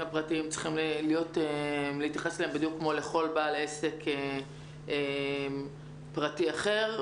הפרטיים בדיוק כמו לכל בעל עסק פרטי אחר,